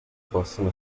possono